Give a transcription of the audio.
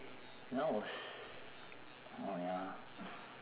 when I was oh ya